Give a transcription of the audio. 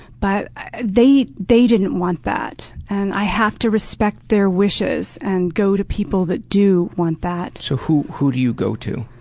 but they they didn't want that. and i have to respect their wishes and go to people that do want that. so who who do you go to?